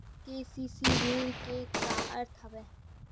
KCC ऋण के का अर्थ हवय?